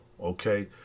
okay